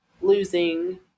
losing